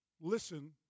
listen